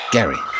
Gary